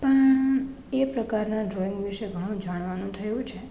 પણ એ પ્રકારના ડ્રોઈંગ વિષે ઘણું જાણવાનું થયું છે